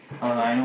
and